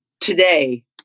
today